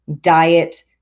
diet